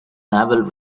naval